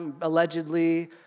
allegedly